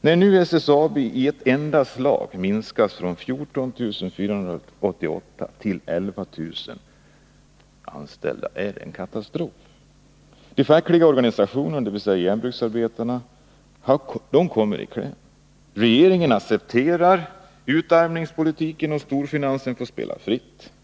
När nu SSAB i ett enda slag minskas från 14 488 till 11 000 anställda är det en katastrof. 141 De fackliga organisationerna, dvs. järnbruksarbetarna, kommer i kläm. Regeringen accepterar utarmningspolitiken, och storfinansen får spela fritt.